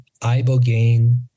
ibogaine